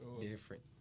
Different